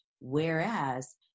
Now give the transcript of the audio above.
Whereas